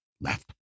left